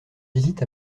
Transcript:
visite